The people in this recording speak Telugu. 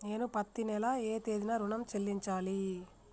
నేను పత్తి నెల ఏ తేదీనా ఋణం చెల్లించాలి?